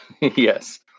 Yes